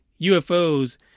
UFOs